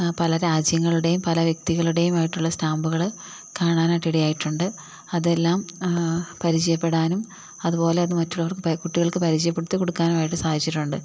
പല രാജ്യങ്ങളുടെയും പല വ്യക്തികളുടെയുമായിട്ടുള്ള സ്റ്റാമ്പുകൾ കാണാനായിട്ട് ഇടയായിട്ടുണ്ട് അതെല്ലാം പരിചയപ്പെടാനും അതുപോലെ മറ്റുള്ളവർക്ക് കുട്ടികൾക്ക് പരിചയപ്പെടുത്തി കൊടുക്കാനുമായിട്ട് സാധിച്ചിട്ടുണ്ട്